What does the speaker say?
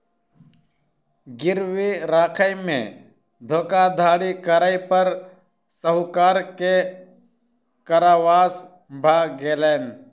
गिरवी राखय में धोखाधड़ी करै पर साहूकार के कारावास भ गेलैन